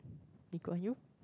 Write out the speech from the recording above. Lee Kuan Yew